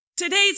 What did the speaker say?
Today's